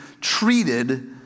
treated